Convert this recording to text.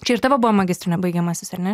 čia ir tavo buvo magistrinio baigiamasis ar ne